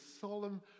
solemn